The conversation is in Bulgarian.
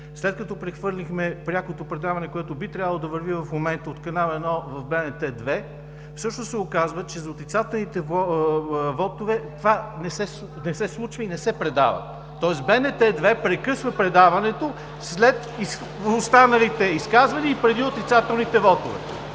след като прехвърлихме прякото предаване, което би трябвало да върви в момента от Канал 1 в БНТ 2, се оказва, че за отрицателните вотове това не се случва и не се предава, тоест БНТ 2 прекъсва предаването след останалите изказвания и преди отрицателните вотове